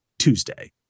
Tuesday